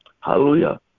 Hallelujah